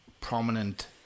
prominent